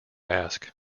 ask